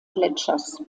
gletschers